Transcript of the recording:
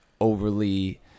overly